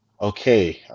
Okay